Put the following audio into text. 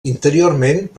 interiorment